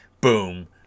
boom